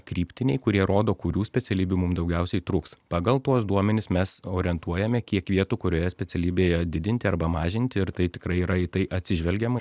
kryptiniai kurie rodo kurių specialybių mum daugiausiai truks pagal tuos duomenis mes orientuojame kiek vietų kurioje specialybėje didinti arba mažinti ir tai tikrai yra į tai atsižvelgiam